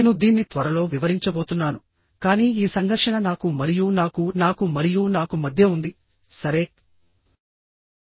నేను దీన్ని త్వరలో వివరించబోతున్నాను కానీ ఈ సంఘర్షణ నాకు మరియు నాకు నాకు మరియు నాకు మధ్య ఉంది సరే